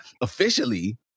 officially